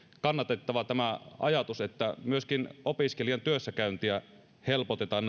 kannatettava tämä ajatus että myöskin opiskelijan työssäkäyntiä helpotetaan